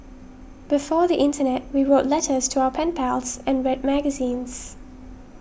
before the internet we wrote letters to our pen pals and read magazines